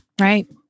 Right